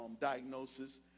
diagnosis